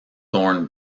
thorn